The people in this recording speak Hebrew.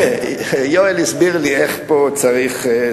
יואל הסביר לי איך פה צריך.